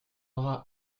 aura